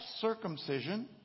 circumcision